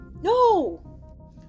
no